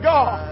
God